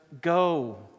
go